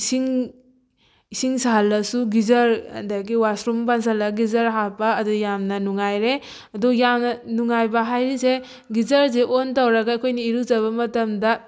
ꯏꯁꯤꯡ ꯏꯁꯤꯡ ꯁꯥꯍꯜꯂꯁꯨ ꯒꯤꯖꯔ ꯑꯗꯒꯤ ꯋꯥꯁꯔꯨꯝ ꯄꯥꯟꯁꯜꯂꯒ ꯒꯤꯖꯔ ꯍꯥꯞꯄ ꯑꯗꯨ ꯌꯥꯝꯅ ꯅꯨꯡꯉꯥꯏꯔꯦ ꯑꯗꯣ ꯌꯥꯝꯅ ꯅꯨꯡꯉꯥꯏꯕ ꯍꯥꯏꯔꯤꯁꯦ ꯒꯤꯖꯔꯁꯦ ꯑꯣꯟ ꯇꯧꯔꯒ ꯑꯩꯈꯣꯏꯅ ꯏꯔꯨꯖꯕ ꯃꯇꯝꯗ